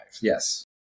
Yes